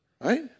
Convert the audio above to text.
right